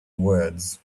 words